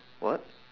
what